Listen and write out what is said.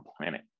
planet